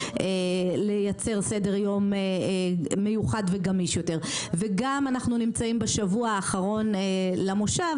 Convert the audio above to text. לייצר סדר יום מיוחד וגמיש יותר וגם אנחנו נמצאים בשבוע האחרון למושב,